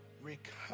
recover